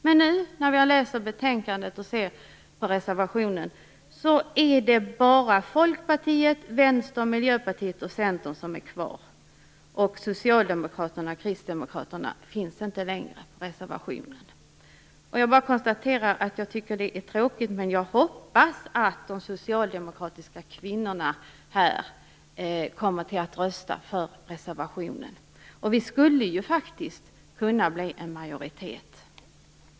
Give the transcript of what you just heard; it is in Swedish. Men när jag nu läser reservationen i betänkandet ser jag att det bara är Folkpartiet, Vänsterpartiet, Miljöpartiet och Centerpartiet som står bakom den. Socialdemokraterna och Kristdemokraterna står inte längre bakom detta. Jag bara konstaterar att jag tycker att det är tråkigt men att jag hoppas att de socialdemokratiska kvinnorna kommer att rösta för reservationen. Vi skulle faktiskt kunna åstadkomma en majoritet.